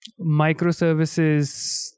microservices